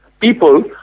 People